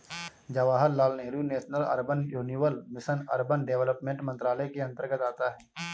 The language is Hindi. Jawaharlal Nehru national urban renewal mission urban development मंत्रालय के अंतर्गत आता है